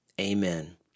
Amen